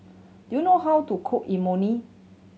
do you know how to cook Imoni